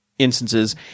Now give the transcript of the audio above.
instances